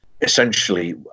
Essentially